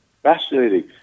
Fascinating